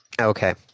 Okay